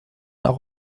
auch